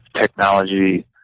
technology